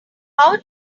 how